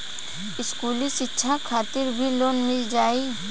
इस्कुली शिक्षा खातिर भी लोन मिल जाई?